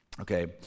Okay